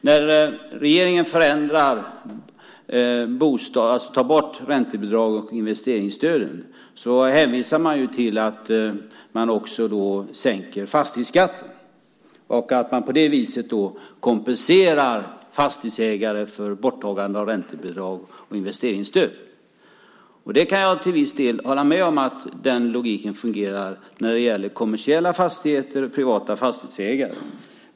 När regeringen tar bort räntebidrag och investeringsstöd hänvisar man till att man också sänker fastighetsskatten och att man på det viset kompenserar fastighetsägare för borttagandet av räntebidrag och investeringsstöd. Den logiken kan jag till viss del hålla med om fungerar när det gäller kommersiella fastigheter och privata fastighetsägare.